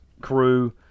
crew